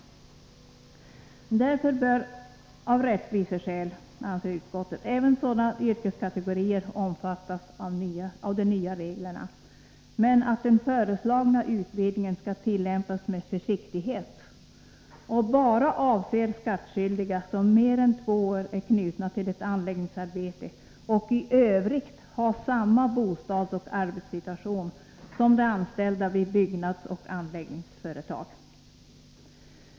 Därför bör av rättviseskäl, anser utskottsmajoriteten, även sådana yrkeskategorier omfattas av de nya reglerna, men menar att den föreslagna utvidgningen bör tillämpas med försiktighet och bara avse skattskyldiga, som mer än två år är knutna till ett anläggningsarbete och i Övrigt har samma bostadsoch arbetssituation som de anställda vid byggnads och anläggningsföretag.